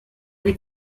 les